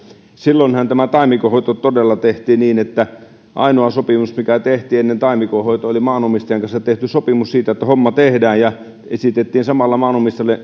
silloinhan taimikon hoito todella tehtiin niin että ainoa sopimus mikä tehtiin ennen taimikon hoitoa oli maanomistajan kanssa tehty sopimus siitä että homma tehdään ja esitettiin samalla maanomistajille